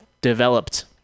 developed